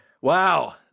Wow